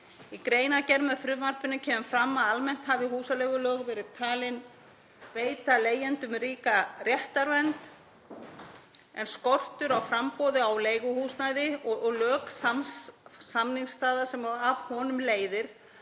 Í greinargerð með frumvarpinu kemur fram að almennt hafi húsaleigulög verið talin veita leigjendum ríka réttarvernd en skortur á framboði á leiguhúsnæði og lök samningsstaða sem af honum leiðir